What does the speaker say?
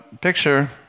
picture